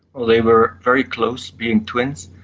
well, they were very close, being twins.